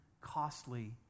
costly